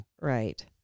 Right